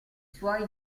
suoi